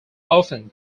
often